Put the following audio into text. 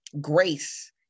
grace